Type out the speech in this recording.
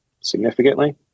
significantly